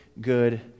good